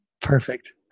Perfect